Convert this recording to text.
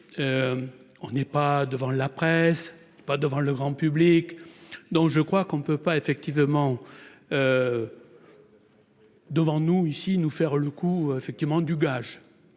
on n'est pas devant la presse, pas devant le grand public, donc je crois qu'on ne peut pas effectivement. Devant nous, ici, nous faire le coup